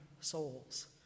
souls